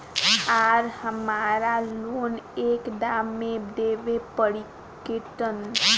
आर हमारा लोन एक दा मे देवे परी किना?